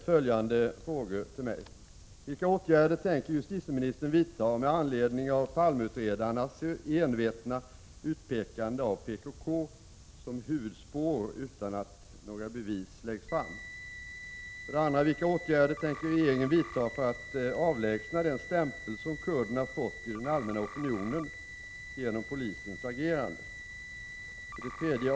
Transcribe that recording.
Fru talman! Oswald Söderqvist har ställt följande frågor till mig. 3.